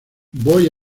voy